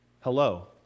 Hello